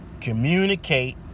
communicate